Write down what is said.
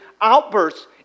outbursts